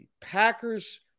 Packers